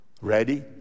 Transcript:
ready